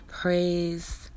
praise